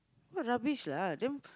what rubbish lah then